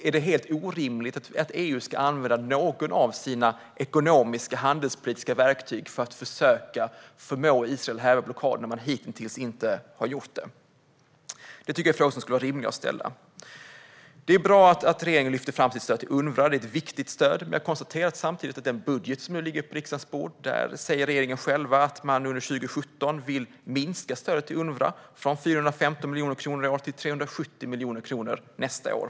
Är det helt orimligt att EU ska använda något av sina ekonomiska eller handelspolitiska verktyg för att försöka förmå Israel att häva blockaden när man hittills inte har gjort det? Jag tycker att dessa frågor skulle vara rimliga att ställa. Det är bra att regeringen lyfter fram sitt stöd till Unrwa - detta är ett viktigt stöd. Men jag konstaterar samtidigt att regeringen själv, i den budget som nu ligger på riksdagens bord, säger att man under 2017 vill minska stödet till Unrwa från 415 miljoner kronor i år till 370 miljoner kronor nästa år.